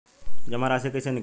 जमा राशि कइसे निकली?